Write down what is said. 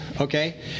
Okay